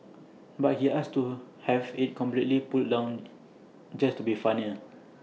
but he asked to have IT completely pulled down just to be funnier